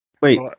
Wait